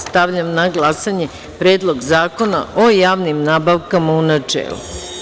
Stavljam na glasanje Predlog zakona o javnim nabavkama, u načelu.